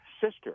sister